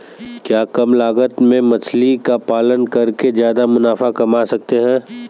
क्या कम लागत में मछली का पालन करके ज्यादा मुनाफा कमा सकते हैं?